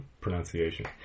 pronunciation